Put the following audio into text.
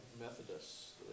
Methodists